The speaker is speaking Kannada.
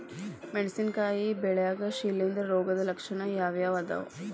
ಮೆಣಸಿನಕಾಯಿ ಬೆಳ್ಯಾಗ್ ಶಿಲೇಂಧ್ರ ರೋಗದ ಲಕ್ಷಣ ಯಾವ್ಯಾವ್ ಅದಾವ್?